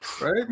Right